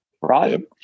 right